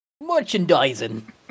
Merchandising